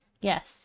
Yes